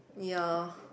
ya